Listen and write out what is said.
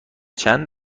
چند